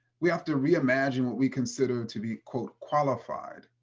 we have to reimagine what we consider to be quote, qualified.